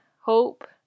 hope